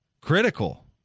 critical